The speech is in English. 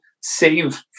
save